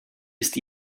ist